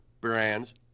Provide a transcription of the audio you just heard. brands